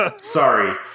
Sorry